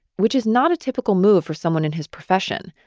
which is not a typical move for someone in his profession.